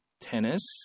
tennis